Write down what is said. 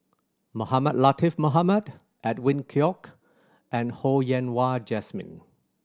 Mohamed Latiff Mohamed Edwin Koek and Ho Yen Wah Jesmine